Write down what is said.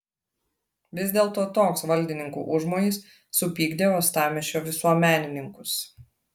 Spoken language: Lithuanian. vis dėlto toks valdininkų užmojis supykdė uostamiesčio visuomenininkus